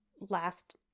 last